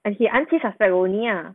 an qi an qi suspect only lah